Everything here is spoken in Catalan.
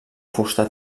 fusta